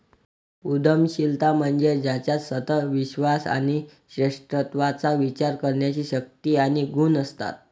उद्यमशीलता म्हणजे ज्याच्यात सतत विश्वास आणि श्रेष्ठत्वाचा विचार करण्याची शक्ती आणि गुण असतात